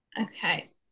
Okay